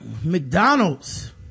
mcdonald's